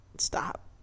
Stop